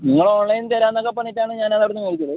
നിങ്ങൾ ഓൺലൈൻ തരാമെന്നൊക്കെ പറഞ്ഞിട്ടാണ് ഞാൻ അത് അവിടെ നിന്ന് മേടിച്ചത്